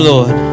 Lord